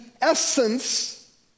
essence